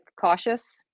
cautious